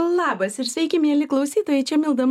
labas ir sveiki mieli klausytojai čia milda